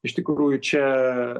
iš tikrųjų čia